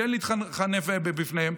להתחנף בפניהם,